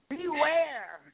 Beware